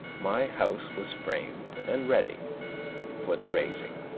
my house was framed and ready for the raising.